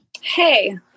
Hey